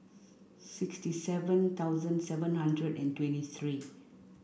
sixty seven thousand seven hundred and twenty three